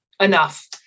enough